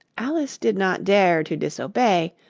alice did not dare to disobey,